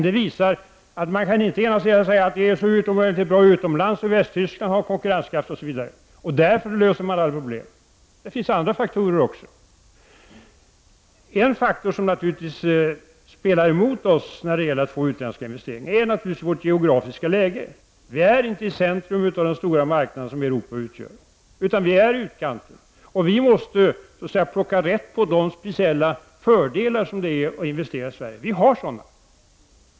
Det visar att man inte bara kan säga att det är så utomordentligt bra utomlands, att Västtyskland har konkurrenskraft osv. och att man därigenom löser alla problem. Det finns även andra faktorer som spelar in. En faktor som naturligtvis talar emot oss när det gäller att få utländska investeringar är vårt geografiska läge. Vi är inte centrum i de stora marknader som finns i Europa, utan vi befinner oss i utkanten. Vi måste ”plocka rätt” på de speciella fördelar som det innebär att investera i Sverige. Vi har sådana.